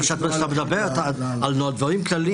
אבל כשאת מדברת על דברים כלליים